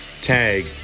Tag